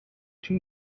two